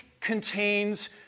contains